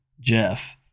jeff